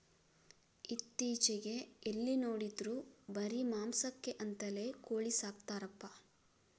ಇತ್ತೀಚೆಗೆ ಎಲ್ಲಿ ನೋಡಿದ್ರೂ ಬರೀ ಮಾಂಸಕ್ಕೆ ಅಂತಲೇ ಕೋಳಿ ಸಾಕ್ತರಪ್ಪ